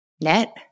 net